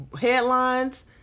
headlines